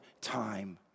time